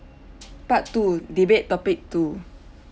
part two debate topic two